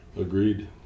Agreed